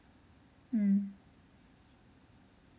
mm